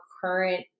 current